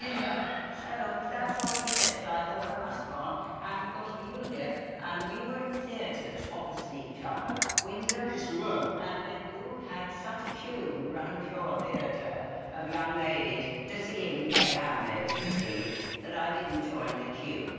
you know so that's what he said so i thought well of us gone and of course the you dear and we were in theaters opposite each other window yes we were and but you had such queue around your theater of young ladies to see him play hamlet you see that i didn't join the queue.